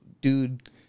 dude